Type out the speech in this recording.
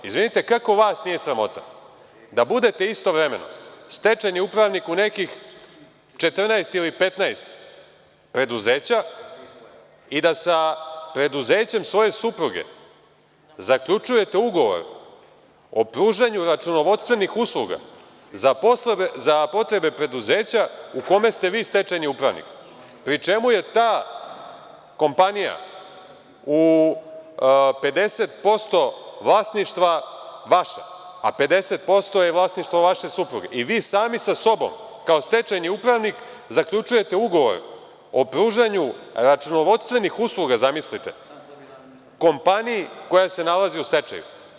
Izvinite, kako vas nije sramota da budete istovremeno stečajni upravnik u nekih 14 ili 15 preduzeća i da sa preduzećem svoje supruge zaključujete ugovor o pružanju računovodstvenih usluga za potrebe preduzeća u kome ste vi stečajni upravnik, pri čemu je ta kompanija 50% vlasništva vaša, a 50% je vlasništvo vaše supruge i vi sami sa sobom kao stečajni upravnik zaključujete ugovor o pružanju računovodstvenih usluga kompaniji koja se nalazi u stečaju.